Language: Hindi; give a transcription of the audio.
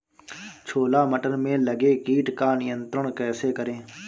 छोला मटर में लगे कीट को नियंत्रण कैसे करें?